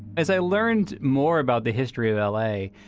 as i learned more about the history of l a,